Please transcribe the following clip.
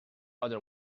other